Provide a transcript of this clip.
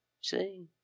See